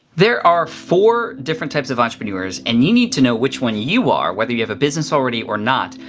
there are four different types of entrepreneurs and you need to know which one you are whether you have a business already or not,